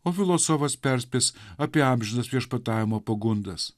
o filosofas perspės apie amžinas viešpatavimo pagundas